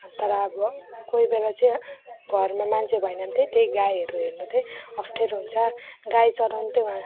तर अब कोही बेला चाहिँ घरमा मान्छे भएन भने चाहिँ त्यै गाईहरू हेर्नु चाहिँ अप्ठ्यारो हुन्छ गाई चराउनु चाहिँ वहाँ